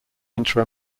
enter